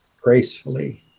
gracefully